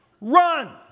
Run